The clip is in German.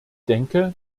denke